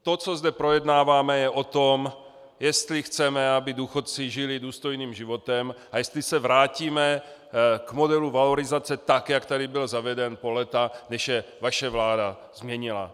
To, co zde projednáváme, je o tom, jestli chceme, aby důchodci žili důstojným životem, a jestli se vrátíme k modelu valorizace tak, jak tady byl zaveden po léta, než je vaše vláda změnila.